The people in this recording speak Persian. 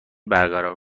برقرار